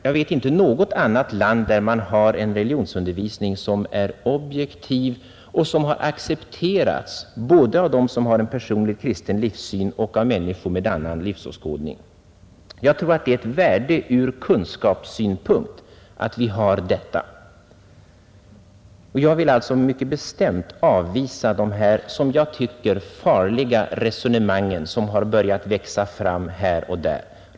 Jag vet inte något annat land där man har en religionsundervisning som är objektiv och som accepteras både av dem som har en personligt kristen livssyn och av människor med annan livsåskådning. Jag tror att det är ett värde ur kunskapsoch gemenskapssynpunkt att vi har detta. Jag vill alltså mycket bestämt avvisa dessa resonemang om ett alternativt skolsystem som har börjat växa fram här och där.